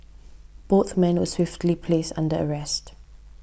both men were swiftly placed under arrest